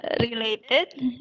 Related